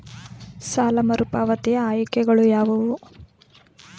ಸಾಲ ಮರುಪಾವತಿ ಆಯ್ಕೆಗಳು ಯಾವುವು?